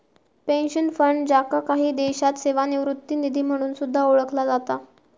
pension fund, ज्याका काही देशांत सेवानिवृत्ती निधी म्हणून सुद्धा ओळखला जाता